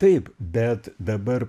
taip bet dabar